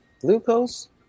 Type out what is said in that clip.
glucose